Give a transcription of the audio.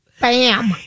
bam